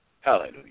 Hallelujah